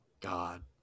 God